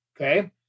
Okay